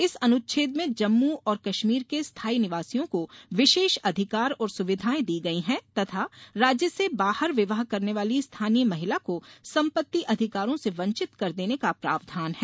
इस अनुच्छेद में जम्मू और कश्मीर के स्थाई निवासियों को विशेष अधिकार और सुविधाएं दी गई हैं तथा राज्य से बाहर विवाह करने वाली स्थानीय महिला को संपत्ति अधिकारों से वंचित कर देने का प्रावधान है